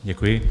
Děkuji.